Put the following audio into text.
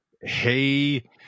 hey